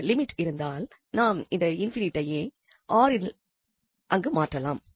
இந்த லிமிட் இருந்தால் நாம் இந்த ∞ ஐ 𝑅ஆல் அங்கு மாற்றலாம்